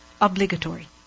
obligatory